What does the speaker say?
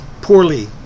poorly